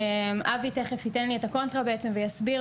אבי תיכף ייתן לי את הקונטרה בעצם ויסביר